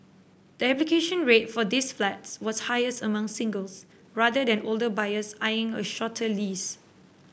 the application rate for these flats was highest among singles rather than older buyers eyeing a shorter lease